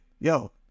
Yo